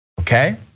okay